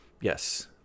Yes